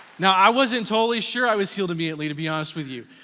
now, i wasn't totally sure i was healed immediately, to be honest with you,